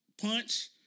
punch